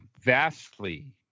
vastly